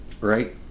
right